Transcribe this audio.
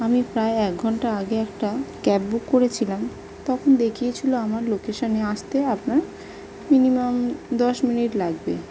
আমি প্রায় এক ঘন্টা আগে একটা ক্যাব বুক করেছিলাম তখন দেখিয়েছিলো আমার লোকেশানে আসতে আপনার মিনিমাম দশ মিনিট লাগবে